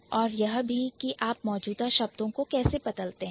और यह भी कि आप मौजूदा शब्दों को कैसे बदलते हैं